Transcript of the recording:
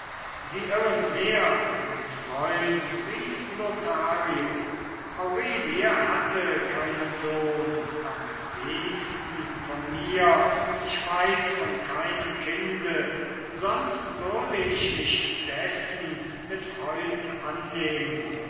sie irren sehr mein freund rief lothario aurelie hatte keinen sohn am wenigsten von mir ich weiß von keinem kinde sonst würde ich mich dessen mit freuden annehmen